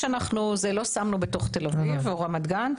לא שמנו בתוך תל אביב או רמת גן.